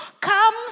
come